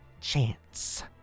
chance